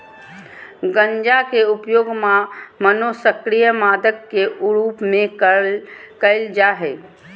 गंजा के उपयोग मनोसक्रिय मादक के रूप में कयल जा हइ